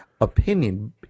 opinion